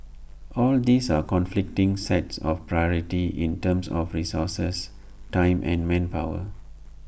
all these are conflicting sets of priority in terms of resources time and manpower